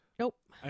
Nope